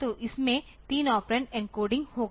तो इसमें 3 operand encoding होगा